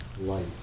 light